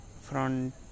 front